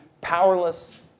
powerless